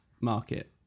market